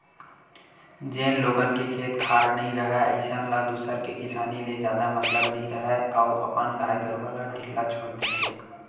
जेन लोगन के खेत खार नइ राहय अइसन ल दूसर के किसानी ले जादा मतलब नइ राहय अउ अपन गाय गरूवा ल ढ़िल्ला छोर देथे